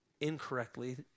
incorrectly